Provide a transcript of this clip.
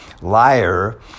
liar